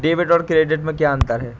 Debit और credit में क्या अंतर है?